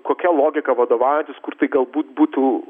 kokia logika vadovautis kur tai galbūt būtų